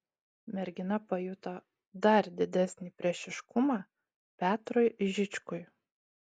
mergina pajuto dar didesnį priešiškumą petrui žičkui